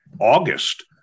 August